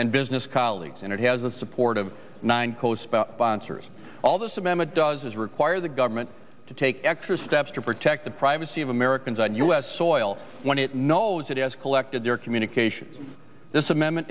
and business colleagues and it has the support of nine coast bonser all this amendment does require the government to take extra steps to protect the privacy of americans on u s soil when it knows it has collected their communications this amendment